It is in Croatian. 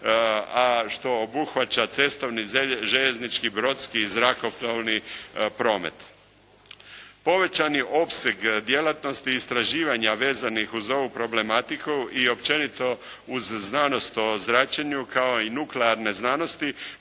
a što obuhvaća cestovni, željeznički, brodski i zrakoplovni promet. Povećani opseg djelatnosti i istraživanja vezanih uz ovu problematiku i općenito uz znanost o zračenju kao i nuklearne znanosti